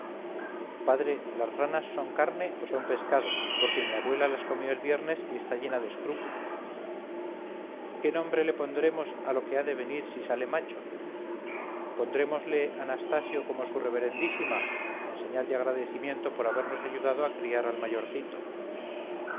padre las ranas son carne o son pescado porque mi abuela las comió el viernes y está llena de escrúpulos qué nombre le pondremos a lo que ha de venir si sale macho pondrémosle anastasio como su reverendísima en señal de agradecimiento por habernos ayudado a criar al mayorcito